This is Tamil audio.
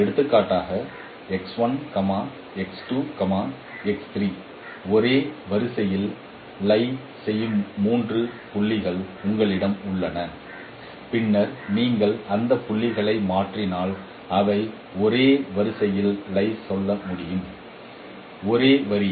எடுத்துக்காட்டாக ஒரே வரியில் லை சொல்லும் மூன்று புள்ளிகள் உங்களிடம் உள்ளன பின்னர் நீங்கள் அந்த புள்ளிகளை மாற்றினால் அவை ஒரே வரியில் லை சொல்ல வேண்டும் ஒரு வரியில்